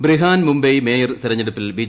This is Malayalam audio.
ബ്രിഹാൻ മുംബൈ മേയർ തെരഞ്ഞെടുപ്പിൽ ബി